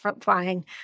flying